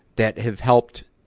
that have helped